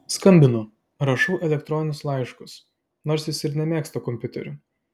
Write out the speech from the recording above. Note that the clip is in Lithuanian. skambinu rašau elektroninius laiškus nors jis ir nemėgsta kompiuterių